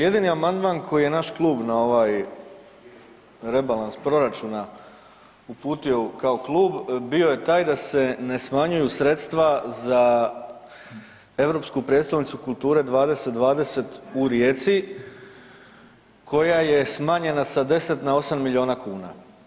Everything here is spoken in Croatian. Jedini amandman koji je naš klub na ovaj rebalans proračuna uputio kao klub, bio je taj da se ne smanjuju sredstva za Europsku prijestolnicu kulture 2020. u Rijeci koja je smanjena sa 10 na 8 milijuna kuna.